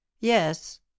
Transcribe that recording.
yes